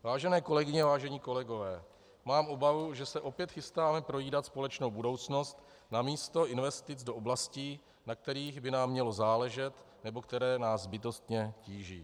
Vážené kolegyně, vážení kolegové, mám obavu, že se opět chystáme projídat společnou budoucnost namísto investic do oblastí, na kterých by nám mělo záležet, nebo které nás bytostně tíží.